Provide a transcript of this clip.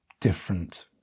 different